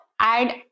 add